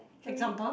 example